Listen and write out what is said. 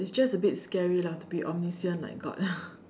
just a bit scary lah to be omniscient like god